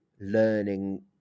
learning